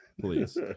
Please